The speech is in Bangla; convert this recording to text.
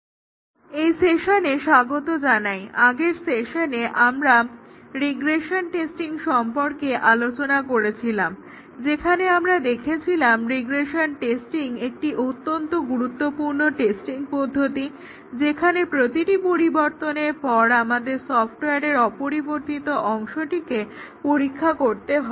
software testing professor Rajib Mall Prof Rajib Mall department of computer science and engineering Indian institute of technology Kharagpur Indian Institute of Technology Kharagpur lecture - 19 Lecture - 19 testing object oriented programs এই সেশনে স্বাগত জানাই আগের সেকশনে আমরা রিগ্রেশন টেস্টিং সম্পর্কে আলোচনা করেছিলাম যেখানে আমরা দেখেছিলাম রিগ্রেশন টেস্টিং একটি অত্যন্ত গুরুত্বপূর্ণ টেস্টিং পদ্ধতি যেখানে প্রতিটি পরিবর্তনের পর আমাদের সফটওয়ারের অপরিবর্তিত অংশটিকে পরীক্ষা করতে হয়